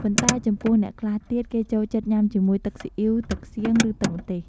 ប៉ុន្តែចំពោះអ្នកខ្លះទៀត គេចូលចិត្តញ៉ាំជាមួយទឹកស៊ីអ៉ីវ ទឹកសៀង ឬទឹកម្ទេស។